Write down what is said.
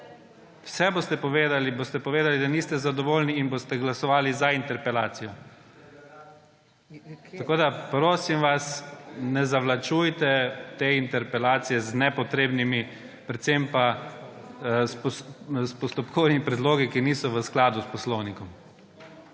boste povedali, da niste zadovoljni in boste glasovali za interpelacijo. Tako da, prosim vas, ne zavlačujte te interpelacije z nepotrebnimi, predvsem pa s postopkovnimi predlogi, ki niso v skladu s poslovnikom.